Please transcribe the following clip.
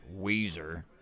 weezer